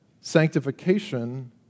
Sanctification